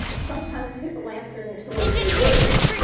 sometimes, people answered in two or three words.